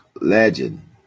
Legend